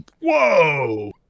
whoa